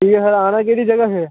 ठीक ऐ सर आना केह्ड़ी जगह असें